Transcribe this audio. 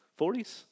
40s